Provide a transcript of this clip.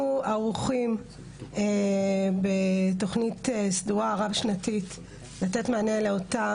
אנחנו ערוכים בתכנית סדורה רב שנתית לתת מענה לאותם